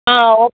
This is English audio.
okay